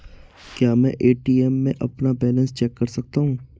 क्या मैं ए.टी.एम में अपना बैलेंस चेक कर सकता हूँ?